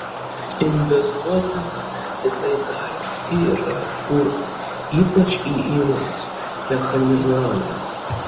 investuoti tikrai dar yra kur ypač į įmonės mechanizavimą